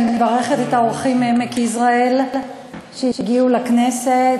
אני מברכת את האורחים מעמק-יזרעאל שהגיעו לכנסת.